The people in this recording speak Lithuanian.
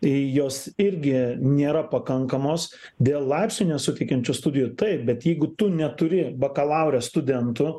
jos irgi nėra pakankamos dėl laipsnio nesuteikiančių studijų taip bet jeigu tu neturi bakalaure studentų